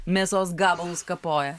mėsos gabalus kapoja